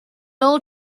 all